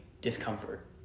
discomfort